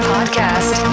Podcast